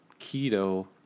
keto